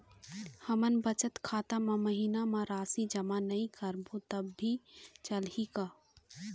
हमन बचत खाता मा महीना मा राशि जमा नई करबो तब भी चलही का?